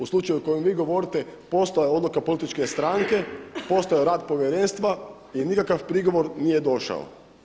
U slučaju o kojem vi govorite postojala je odluka političke stranke, postojao je rad povjerenstva i nikakav prigovor nije došao.